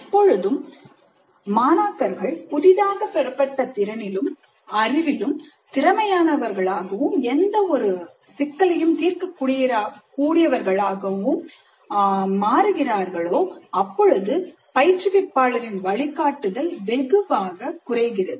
எப்பொழுது மாணாக்கர்கள் புதிதாக பெறப்பட்ட திறனிலும் அறிவிலும் திறமையானவர்கள் ஆகவும் எந்த ஒரு சிக்கலையும் தீர்க்கக்கூடியவர்களாகவும் மாறுகிறார்களோ அப்பொழுது பயிற்றுவிப்பாளர் வழிகாட்டுதல் வெகுவாக குறைகிறது